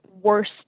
worst